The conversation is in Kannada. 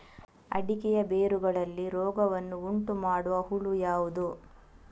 ಅಡಿಕೆಯ ಬೇರುಗಳಲ್ಲಿ ರೋಗವನ್ನು ಉಂಟುಮಾಡುವ ಹುಳು ಯಾವುದು?